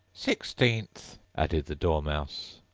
sixteenth, added the dormouse.